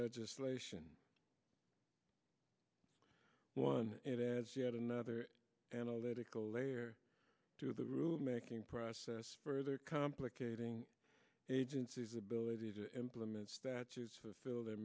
legislation one as yet another analytical layer to the rule making process further complicating agency's ability to implement statutes fulfill their